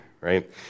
right